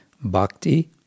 bhakti